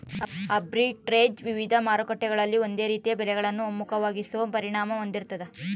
arbitrage ವಿವಿಧ ಮಾರುಕಟ್ಟೆಗಳಲ್ಲಿ ಒಂದೇ ರೀತಿಯ ಬೆಲೆಗಳನ್ನು ಒಮ್ಮುಖವಾಗಿಸೋ ಪರಿಣಾಮ ಹೊಂದಿರ್ತಾದ